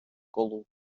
колу